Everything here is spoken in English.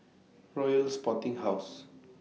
Royal Sporting House